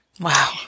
Wow